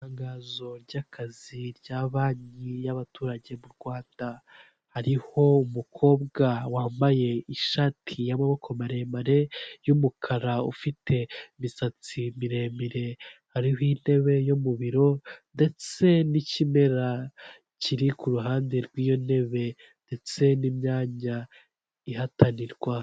Hano ni kuri service center ya emutiyene, ndabona umukozi wa emutiyene wambaye umupira w'umweru n'ijosi ry'umuhondo wa emutiyene ari gusobanurira umukiriya uje umugana. Undi mugabo hino ari imbere ya compiyuta nawe aje gusaba serivisi, undi mukozi wa emutiyene nawe wicaye imbere ya mashini itari kugaragara neza ari kugaragara ukuboko.